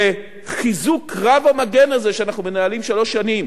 וחיזוק קרב המגן שאנחנו מנהלים שלוש שנים